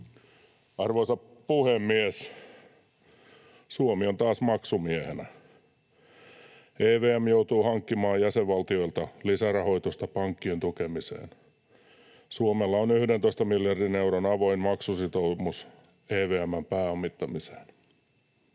Arvoisa puhemies! Suomi on taas maksumiehenä. EVM joutuu hankkimaan jäsenvaltioilta lisärahoitusta pankkien tukemiseen. Suomella on 11 miljardin euron avoin maksusitoumus EVM:n pääomittamiseen.